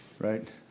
Right